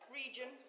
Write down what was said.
region